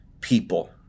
people